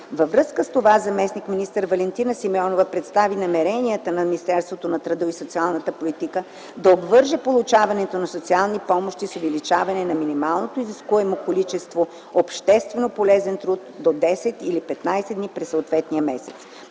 Във връзка с това заместник министър Валентина Симеонова представи намеренията на Министерството на труда и социалната политика да обвърже получаването на социални помощи с увеличаване на минималното изискуемо количество обществено полезен труд до 10 или 15 дни през съответния месец.